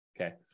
Okay